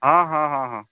ᱦᱮᱸ ᱦᱮᱸ ᱦᱮᱸ